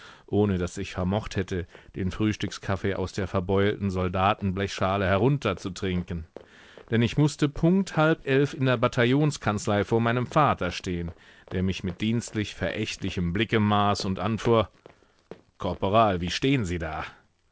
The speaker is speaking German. ohne daß ich vermocht hätte den frühstückskaffee aus der verbeulten soldaten blechschale herunterzutrinken denn ich mußte punkt halb elf in der bataillonskanzlei vor meinem vater stehn der mich mit dienstlich verächtlichem blicke maß und anfuhr korporal wie stehn sie da